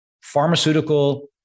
pharmaceutical